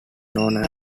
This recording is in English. known